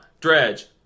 Dredge